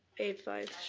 eight five?